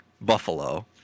Buffalo